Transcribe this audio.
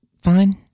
fine